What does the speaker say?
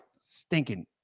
stinking